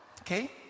Okay